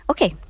Okay